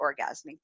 orgasmic